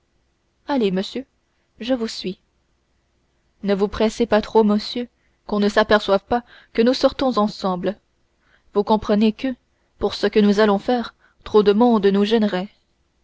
allez monsieur je vous suis ne vous pressez pas trop monsieur qu'on ne s'aperçoive pas que nous sortons ensemble vous comprenez que pour ce que nous allons faire trop de monde nous gênerait